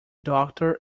doctor